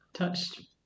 Touched